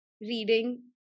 reading